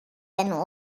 and